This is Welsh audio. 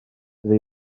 dydy